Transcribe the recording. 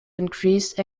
increased